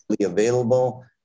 available